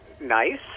nice